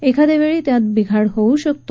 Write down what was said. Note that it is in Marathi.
एखाद्या वेळी त्यांत बिघाड हवू शकतो